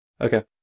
Okay